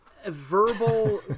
verbal